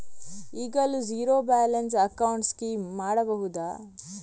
ಈಗಲೂ zero balance account scheme ಮಾಡಬಹುದಾ?